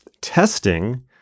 testing